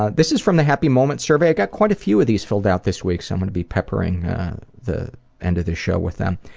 ah this is from the happy moment survey. i got quite a few of these filled out this week, so i'm going to be peppering the end of this show with them.